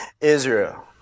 Israel